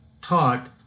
taught